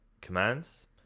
commands